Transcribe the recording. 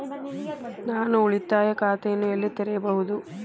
ನಾನು ಉಳಿತಾಯ ಖಾತೆಯನ್ನು ಎಲ್ಲಿ ತೆರೆಯಬಹುದು?